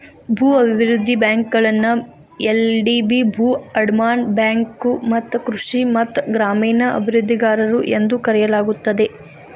ಭೂ ಅಭಿವೃದ್ಧಿ ಬ್ಯಾಂಕುಗಳನ್ನ ಎಲ್.ಡಿ.ಬಿ ಭೂ ಅಡಮಾನ ಬ್ಯಾಂಕು ಮತ್ತ ಕೃಷಿ ಮತ್ತ ಗ್ರಾಮೇಣ ಅಭಿವೃದ್ಧಿಗಾರರು ಎಂದೂ ಕರೆಯಲಾಗುತ್ತದೆ